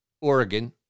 Oregon